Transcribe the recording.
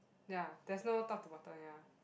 ya there is no top to bottom ya